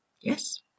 Yes